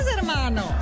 hermano